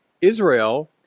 Israel